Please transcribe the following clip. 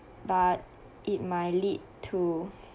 but it may lead to